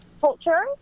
Culture